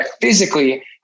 physically